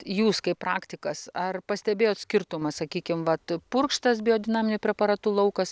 jūs kaip praktikas ar pastebėjot skirtumą sakykim vat purkštas biodinaminiu preparatu laukas